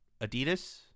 Adidas